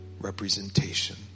representation